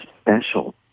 special